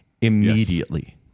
immediately